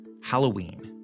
Halloween